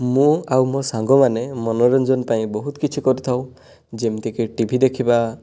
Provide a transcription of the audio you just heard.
ମୁଁ ଆଉ ମୋ ସାଙ୍ଗମାନେ ମନୋରଞ୍ଜନ ପାଇଁ ବହୁତ କିଛି କରିଥାଉ ଯେମିତିକି ଟିଭି ଦେଖିବା